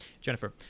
Jennifer